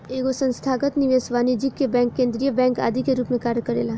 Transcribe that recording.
एगो संस्थागत निवेशक वाणिज्यिक बैंक केंद्रीय बैंक आदि के रूप में कार्य करेला